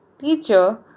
Teacher